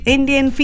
Indian